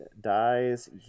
Dies